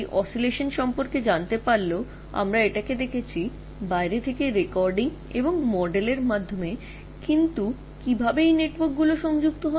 এই দোলনটি জানার পরেও আমরা বাইরে থেকে রেকর্ডিংগুলি এবং মডেলিংয়ের মাধ্যমে এটি দেখতে পাচ্ছি কিন্তু কীভাবে এই নেটওয়ার্কগুলি সংযুক্ত রয়েছে